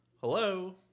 Hello